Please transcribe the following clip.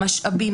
המשאבים,